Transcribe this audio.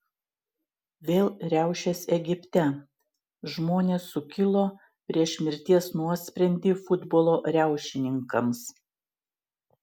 vėl riaušės egipte žmonės sukilo prieš mirties nuosprendį futbolo riaušininkams